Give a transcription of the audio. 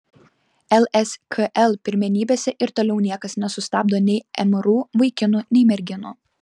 lskl pirmenybėse ir toliau niekas nesustabdo nei mru vaikinų nei merginų